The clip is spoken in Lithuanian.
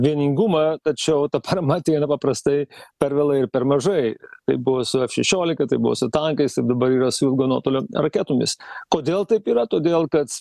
vieningumą tačiau ta parama ateina paprastai per vėlai ir per mažai taip buvo su ef šešiolika taip buvo su tankais taip dabar yra su ilgo nuotolio raketomis kodėl taip yra todėl kad